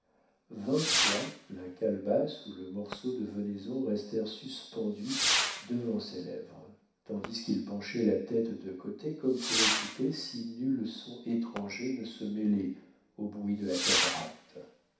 vingt fois la calebasse ou le morceau de venaison restèrent suspendus devant ses lèvres tandis qu'il penchait la tête de côté comme pour écouter si nul son étranger ne se mêlait au bruit de la cataracte